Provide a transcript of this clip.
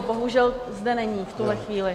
Bohužel zde není v tuhle chvíli.